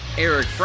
Eric